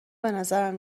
بنظرم